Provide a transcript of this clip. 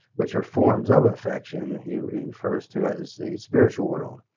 which are forms of affection he refers to as the spiritual world.